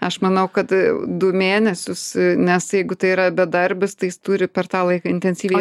aš manau kad du mėnesius nes jeigu tai yra bedarbis tai jis turi per tą laiką intensyviai